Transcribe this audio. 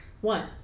One